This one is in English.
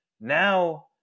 Now